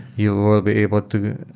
you will be able to